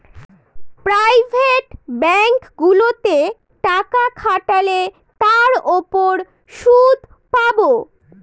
private ব্যাঙ্কগুলোতে টাকা খাটালে তার উপর সুদ পাবো